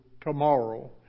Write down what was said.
tomorrow